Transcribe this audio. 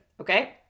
okay